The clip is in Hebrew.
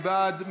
מי בעד?